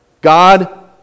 God